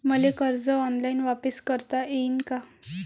मले कर्ज ऑनलाईन वापिस करता येईन का?